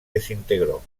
desintegró